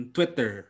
Twitter